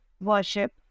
worship